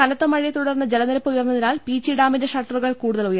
കനത്ത മഴയെ തുടർന്ന് ജലനിരപ്പ് ഉയർന്നതിനാൽ പീച്ചി ഡാമിന്റെ ഷട്ടറുകൾ കൂടുതൽ ഉയർത്തി